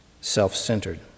self-centered